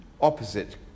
opposite